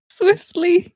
swiftly